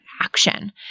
action